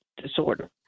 disorder